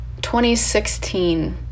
2016